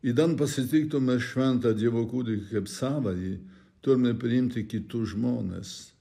idant pasitiktume šventą dievo kūdikį kaip savąjį turime priimti kitus žmones